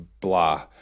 blah